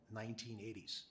1980s